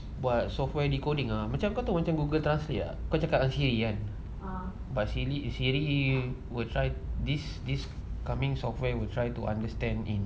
buat software decoding ah macam kamu tahu Google Translate kau cakap dengan but SIRI SIRI will try this this coming software will try to understand in